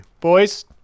Boys